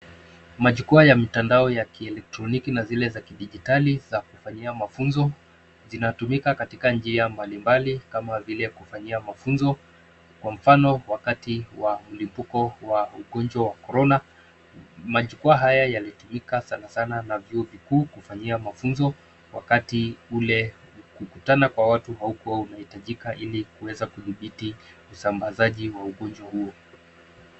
Majukwa ya mtandao ya kielektroniki na zile za kidijitali za kufanyia mafunzo zinatumika katika njia mbali mbali kama vile kufanyia mafunzo kwa mfano wakati wa ulimpuko wa ugonjwa wa Corona . Majukwa haya yalitumika sana sana na vyuo vikuu kufanyia mafunzo wakati ule kukutana kwa watu haukuwa una hitajika ili kuweza kudhibiti usambazaji wa ugonjwa huo.